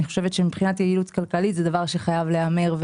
אני חושבת שמבחינת יעילות כלכלית זה דבר שחייב להיאמר,